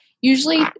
usually